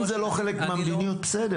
אם לא, בסדר.